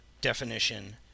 definition